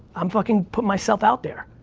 i'm fucking, put myself out there,